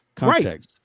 Right